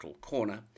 corner